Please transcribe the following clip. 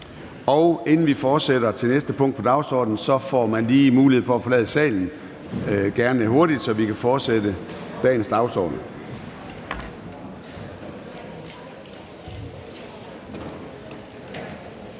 Inden vi fortsætter med det næste punkt på dagsordenen, får man lige mulighed for at forlade salen, gerne lidt hurtigt, så vi kan fortsætte dagens dagsorden.